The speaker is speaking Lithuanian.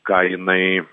ką jinai